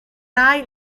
rai